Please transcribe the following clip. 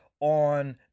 on